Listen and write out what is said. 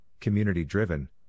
community-driven